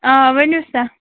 آ ؤنِو سا